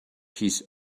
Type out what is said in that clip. his